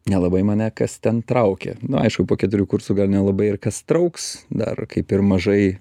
nelabai mane kas ten traukė aišku po keturių kursų gal nelabai ir kas trauks dar kaip ir mažai